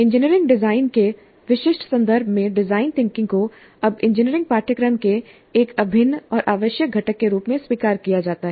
engineering design के विशिष्ट संदर्भ में डिजाइन थिंकिंग को अब इंजीनियरिंग पाठ्यक्रम के एक अभिन्न और आवश्यक घटक के रूप में स्वीकार किया जाता है